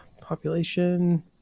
population